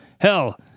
Hell